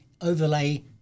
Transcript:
overlay